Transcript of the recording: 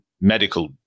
medical